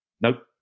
Nope